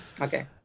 okay